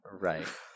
Right